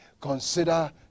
Consider